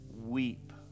weep